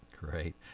Great